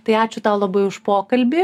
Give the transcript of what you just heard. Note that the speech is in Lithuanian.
tai ačiū tau labai už pokalbį